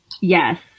Yes